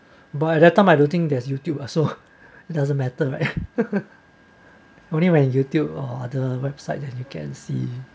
but that time I don't think there's YouTube ah so it doesn't matter right only when YouTube or the website that you can see